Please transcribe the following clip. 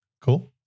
Cool